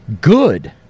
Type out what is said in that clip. Good